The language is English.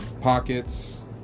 pockets